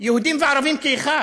יהודים וערבים כאחד.